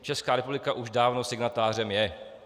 Česká republika už dávno signatářem je.